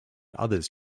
others